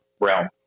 realm